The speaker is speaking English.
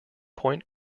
point